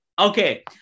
okay